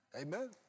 amen